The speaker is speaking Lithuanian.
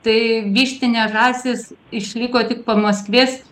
tai vištinė žąsis išliko tik pamaskvės